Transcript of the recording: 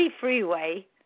freeway